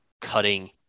cutting